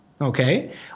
okay